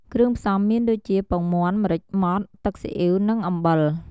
គ្រឿងផ្សំមានដូចជា ពងមាន់ ម្រេចម៉ដ្ឋ ទឹកស៊ីអ៉ីវ និងអំបិល ។